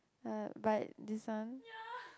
!huh! but this one